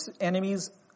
enemies